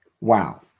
Wow